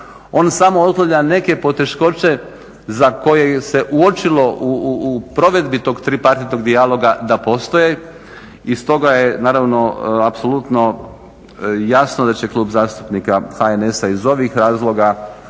On samo otklanja neke poteškoće za koje se uočilo u provedbi tog tripartitnog dijaloga da postoje i stoga je naravno apsolutno jasno da će Klub zastupnika HNS-a iz ovih razloga